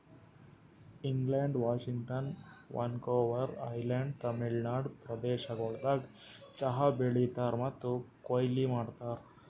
England, Washington, Vancouver island, Tamil Nadu ಪ್ರದೇಶಗೊಳ್ದಾಗ್ ಚಹಾ ಬೆಳೀತಾರ್ ಮತ್ತ ಕೊಯ್ಲಿ ಮಾಡ್ತಾರ್